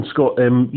Scott